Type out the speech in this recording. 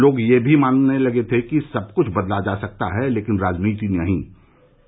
लोग यह भी मानने लगे थे कि सबकुछ बदल सकता है लेकिन राजनीति नहीं बदलती